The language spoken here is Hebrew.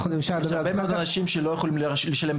יש הרבה מאוד אנשים שלא יכולים לשלם.